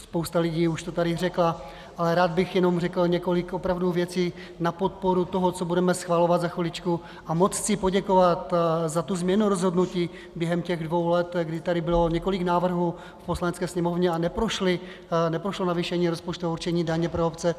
Spousta lidí už to tady řekla, ale rád bych jenom řekl opravdu několik věcí na podporu toho, co budeme schvalovat za chviličku, a moc chci poděkovat za změnu rozhodnutí během dvou let, kdy tady bylo několik návrhů v Poslanecké sněmovně a neprošlo navýšení rozpočtového určení daní pro obce.